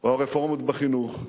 או הרפורמות בחינוך,